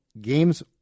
games